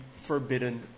forbidden